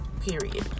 period